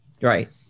Right